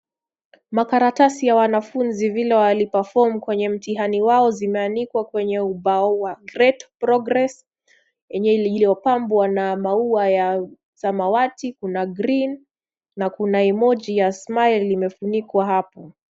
Makaratasi ya wanafunzi vile waliperform kwenye mtihani wao zimeandikwa kwenye ubao wa great progress iliyopambwa na maua ya samawati. Kuna green na kuna emoji ya smile imefunikwa hapo.